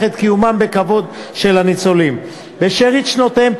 את קיומם בכבוד של הניצולים בשארית שנותיהם,